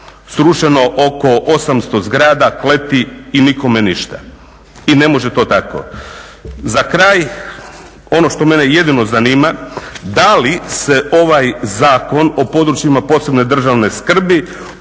srušeno oko 800 zgrada, kleti i nikome ništa i ne može to tako. Za kraj ono što mene jedino zanima, da li se ovaj Zakon o područjima posebne državne skrbi odnosi